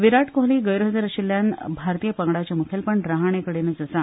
विराट कोहली गैरहजर आशिल्ल्यान भारतीय पंगडाचे मुखेलपण रहाणे कडेन आसा